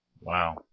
Wow